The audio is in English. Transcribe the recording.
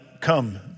come